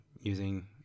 using